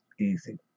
easy